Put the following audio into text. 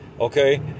Okay